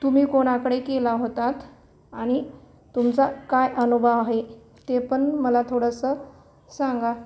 तुम्ही कोणाकडे केला होतात आणि तुमचा काय अनुभव आहे ते पण मला थोडंसं सांगा